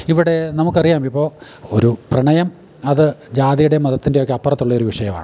ഇവിടെ നമുക്ക് അറിയാം ഇപ്പോൾ ഒരു പ്രണയം അത് ജാതിയുടേം മതത്തിൻ്റെഒക്കെ അപ്പുറത്ത് ഉള്ളൊരു വിഷയവാണ്